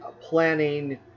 planning